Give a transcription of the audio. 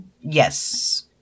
Yes